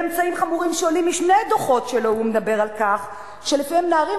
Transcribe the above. בממצאים חמורים שעולים משני דוחות שלו הוא מדבר על כך שלפעמים נערים